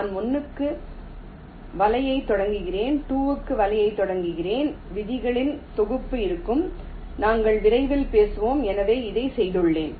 நான் 1 க்கு வலையைத் தொடங்குகிறேன் 2 க்கு வலையைத் தொடங்குகிறேன் விதிகளின் தொகுப்பு இருக்கும் நாங்கள் விரைவில் பேசுவோம் எனவே இதைச் செய்துள்ளேன்